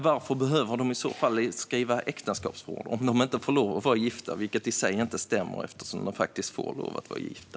Varför behöver de skriva äktenskapsförord om de inte får lov att vara gifta, vilket i sig inte stämmer eftersom de faktiskt får lov att vara gifta?